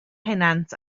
pennant